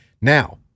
Now